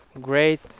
great